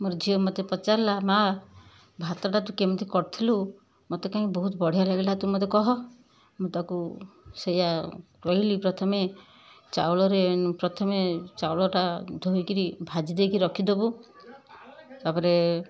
ମୋର ଝିଅ ମତେ ପଚାରିଲା ମାଆ ଭାତଟା ତୁ କେମିତି କରିଥିଲୁ ମତେ କାହିଁ ବହୁତ ବଢ଼ିଆ ତୁ ମତେ କହ ମୁଁ ତାକୁ ସେଇଆ କହିଲି ପ୍ରଥମେ ଚାଉଳରେ ପ୍ରଥମେ ଚାଉଳଟା ଧୋଇକିରି ଭାଜି ଦେଇକି ରଖିଦବୁ ତାପରେ